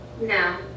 No